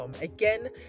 Again